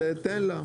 אז תן לה.